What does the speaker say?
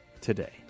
today